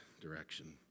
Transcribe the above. direction